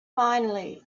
finally